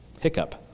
hiccup